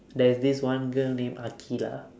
there's this one girl named aqilah